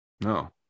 No